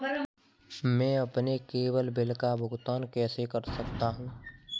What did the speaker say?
मैं अपने केवल बिल का भुगतान कैसे कर सकता हूँ?